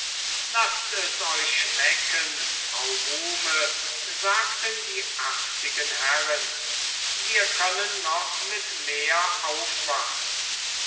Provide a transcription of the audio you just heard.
laßt es euch schmecken frau muhme sagten die artigen herren wir können noch mit mehr aufwarten